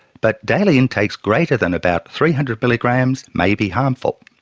but daily intakes greater that about three hundred milligrams may be harmful.